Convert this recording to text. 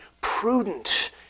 prudent